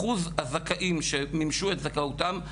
אחוז הזכאים שמימשו את זכאותם,